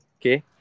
Okay